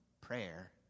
prayer